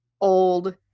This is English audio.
old